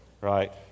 right